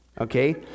okay